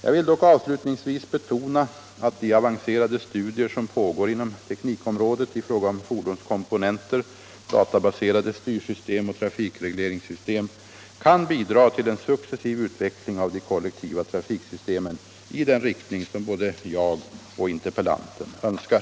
Jag vill avslutningsvis betona att de avancerade studier som pågår inom teknikområdet i fråga om fordonskomponenter, databaserade styr system och trafikregleringssystem kan bidra till en successiv utveckling av de kollektiva trafiksystemen i den riktning som både jag och interpellanten önskar.